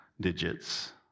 digits